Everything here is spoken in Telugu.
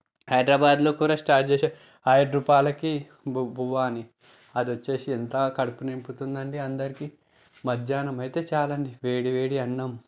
హైద్రాబాద్లో కూడా స్టార్ట్ చేశారు ఐదు రూపాయలకి బు బువ్వ అని అది వచ్చి ఎంత కడుపు నింపుతుందండి అందరికీ మధ్యాహ్నం అయితే చాలండి వేడివేడి అన్నం